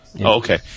Okay